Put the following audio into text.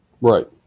Right